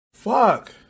fuck